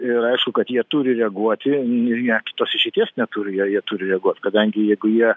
ir aišku kad jie turi reaguoti ir net kitos išeities neturi jie jie turi reguot kadangi jeigu jie